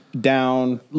down